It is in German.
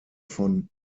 von